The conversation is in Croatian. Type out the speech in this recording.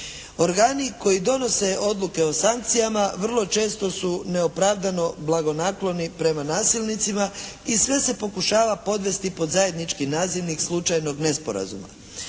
Organi koji donose odluke o sankcijama vrlo često su neopravdano blagonakloni prema nasilnicima i sve se pokušava podvesti pod zajednički nazivnik slučajnog nesporazuma.